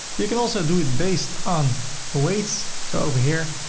you can also do it based on weights. so over here,